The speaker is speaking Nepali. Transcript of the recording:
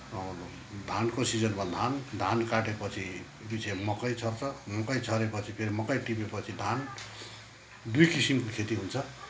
धानको सिजनमा धान धान काटेपछि त्योपछि मकै छर्छ मकै छरेपछि फेरि मकै टिप्यो पछि धान दुई किसिमको खेती हुन्छ